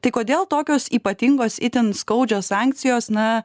tai kodėl tokios ypatingos itin skaudžios sankcijos na